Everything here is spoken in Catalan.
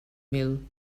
mil